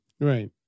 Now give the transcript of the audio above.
Right